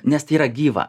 nes tai yra gyva